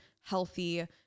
healthy